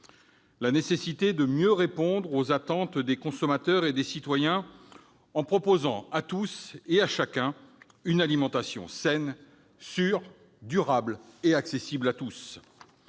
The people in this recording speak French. la nécessité de mieux répondre aux attentes des consommateurs et des citoyens en proposant à tous et à chacun une alimentation saine, sûre, durable et accessible à tous.